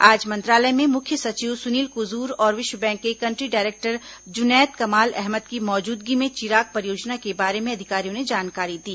आज मंत्रालय में मुख्य सचिव सुनील कुजूर और विश्व बैंक के कन्ट्री डायरेक्टर जुनैद कमाल अहमद की मौजूदगी में चिराग परियोजना के बारे में अधिकारियों ने जानकारी दी